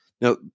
Now